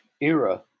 era